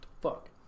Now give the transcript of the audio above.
Fuck